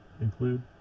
include